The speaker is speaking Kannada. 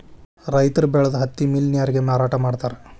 ರೈತರ ಬೆಳದ ಹತ್ತಿ ಮಿಲ್ ನ್ಯಾರಗೆ ಮಾರಾಟಾ ಮಾಡ್ತಾರ